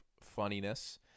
funniness